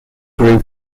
grew